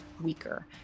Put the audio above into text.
weaker